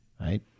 Right